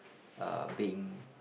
uh being